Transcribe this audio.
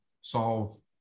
solve